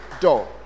door